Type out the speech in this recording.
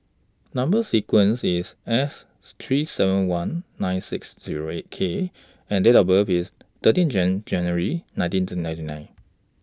Number sequence IS S three seven one nine six Zero eight K and Date of birth IS thirteen June nineteen two ninety nine